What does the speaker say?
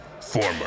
former